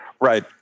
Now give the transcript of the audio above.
Right